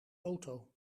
auto